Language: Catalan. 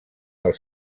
del